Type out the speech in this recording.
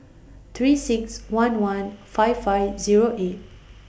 three six one one five five Zero eight